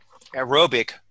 aerobic